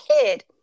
kid